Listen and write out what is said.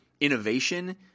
innovation